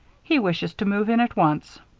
he wishes to move in at once.